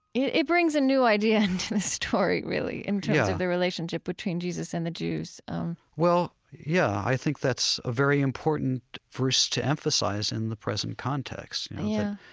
it it brings a new idea into the story really in terms of the relationship between jesus and the jews well, yeah, i think that's a very important verse to emphasize in the present context. yeah